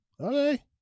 okay